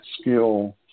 skill